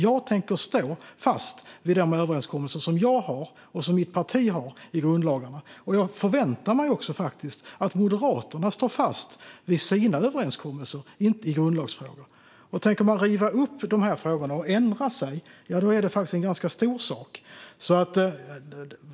Jag tänker stå fast vid de överenskommelser som jag har, och som mitt parti har, när det gäller grundlagarna. Jag förväntar mig också att Moderaterna står fast vid sina överenskommelser i grundlagsfrågor. Tänker man riva upp detta och ändra sig i dessa frågor är det faktiskt en ganska stor sak.